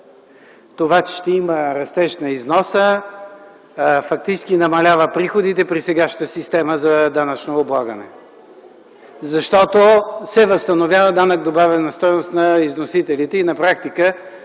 Това, че ще има растеж на износа, фактически намалява приходите при сегашната система за данъчно облагане. Защото се възстановява данък добавена стойност на износителите и на практика